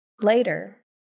Later